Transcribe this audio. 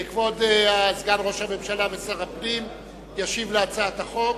כבוד סגן ראש הממשלה ושר הפנים ישיב על הצעת החוק.